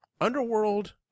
underworld